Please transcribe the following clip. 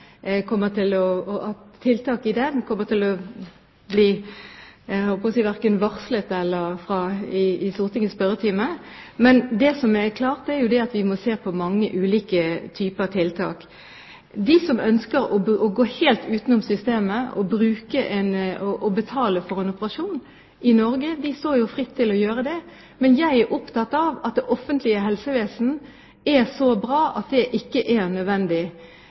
kommer til å bli, jeg holdt på å si, varslet i Stortingets spørretime. Men det som er klart, er at vi må se på mange ulike typer tiltak. De som ønsker å gå helt utenom systemet og betale for en operasjon i Norge, står fritt til å gjøre det. Men jeg er opptatt av at det offentlige helsevesen skal være så bra at det ikke er nødvendig.